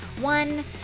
One